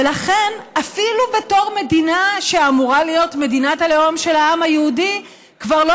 ולכן אפילו בתור מדינה שאמורה להיות מדינת הלאום של העם היהודי כבר לא